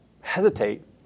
hesitate